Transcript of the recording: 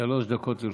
שלוש דקות לרשותך,